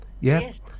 yes